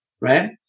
right